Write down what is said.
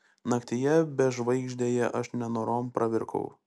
naktyje bežvaigždėje aš nenorom pravirkau